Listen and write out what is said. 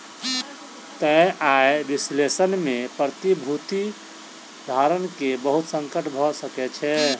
तय आय विश्लेषण में प्रतिभूति धारक के बहुत संकट भ सकै छै